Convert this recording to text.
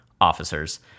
officers